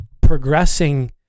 progressing